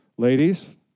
Ladies